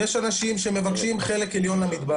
יש אנשים שמבקשים חלק עליון למטבח,